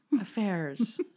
Affairs